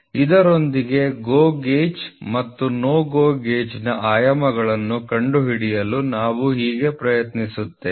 ಇದರೊಂದಿಗೆ GO gauge ಮತ್ತು NO GO ಗೇಜ್ನ ಆಯಾಮಗಳನ್ನು ಕಂಡುಹಿಡಿಯಲು ನಾವು ಹೇಗೆ ಪ್ರಯತ್ನಿಸುತ್ತೇವೆ